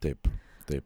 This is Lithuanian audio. taip taip